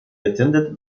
attended